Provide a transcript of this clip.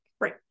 Right